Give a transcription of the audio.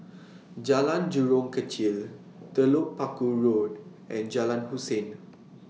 Jalan Jurong Kechil Telok Paku Road and Jalan Hussein